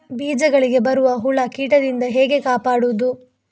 ಬೀಜಗಳಿಗೆ ಬರುವ ಹುಳ, ಕೀಟದಿಂದ ಹೇಗೆ ಕಾಪಾಡುವುದು?